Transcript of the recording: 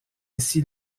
ainsi